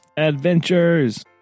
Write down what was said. Adventures